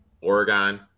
Oregon –